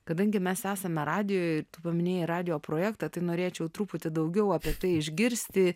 kadangi mes esame radijuj tu paminėjai radijo projektą tai norėčiau truputį daugiau apie tai išgirsti